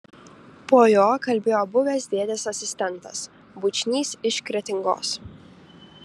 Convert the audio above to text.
po jo kalbėjo buvęs dėdės asistentas bučnys iš kretingos